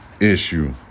issue